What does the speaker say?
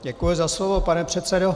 Děkuji za slovo, pane předsedo.